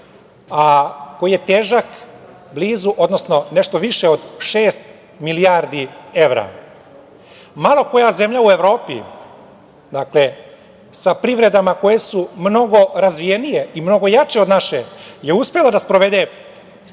a koji je težak nešto više od šest milijardi evra. Malo koja zemlja u Evropi, sa privredama koje su mnogo razvijenije i mnogo jače od naše je uspela da sprovede